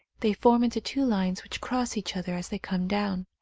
they form into two lines which cross each other as they come down.